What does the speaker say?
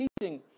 teaching